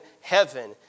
heaven